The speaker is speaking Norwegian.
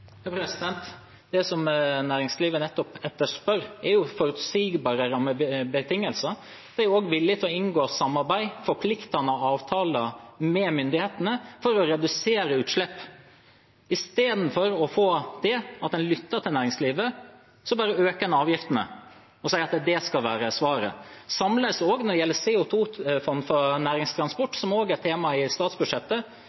Det som næringslivet nettopp etterspør, er forutsigbare rammebetingelser. De er også villige til å inngå samarbeid og forpliktende avtaler med myndighetene for å redusere utslipp. I stedet for det – at en lytter til næringslivet – bare øker en avgiftene og sier at det skal være svaret. På samme måte er det når det gjelder CO 2 -fond for